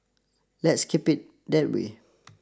let's keep it that way